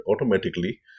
automatically